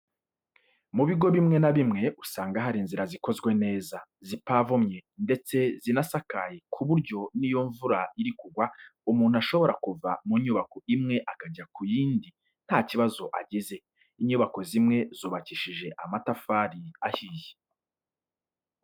Mu bigo bimwe na bimwe usanga hari inzira zikozwe neza, zipavomye ndetse zinasakaye ku buryo n'iyo imvura iri kugwa umuntu ashobora kuva ku nyubako imwe akajya ku yindi nta kibazo agize. Inyubako zimwe zubakishije amatafari ahiye.